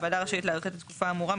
הוועדה רשאית להאריך את התקופה האמורה,